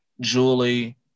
Julie